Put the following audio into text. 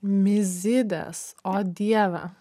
mizidės o dieve